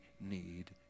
need